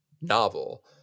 novel